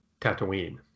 Tatooine